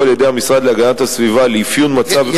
על-ידי המשרד להגנת הסביבה לאפיון מצב,